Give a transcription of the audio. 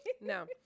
No